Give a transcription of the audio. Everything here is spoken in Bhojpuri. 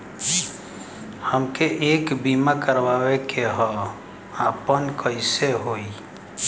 हमके एक बीमा करावे के ह आपन कईसे होई?